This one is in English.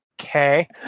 Okay